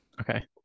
Okay